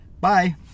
bye